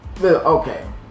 okay